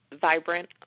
vibrant